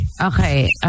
Okay